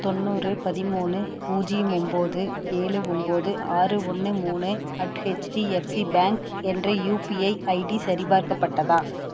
தொண்ணூறு பதிமூணு பூஜ்யம் ஒன்போது ஏழு ஒன்போது ஆறு ஒன்று மூணு அட் ஹெச்டிஎஃப்சி பேங்க் என்ற யுபிஐ ஐடி சரிபார்க்கப்பட்டதா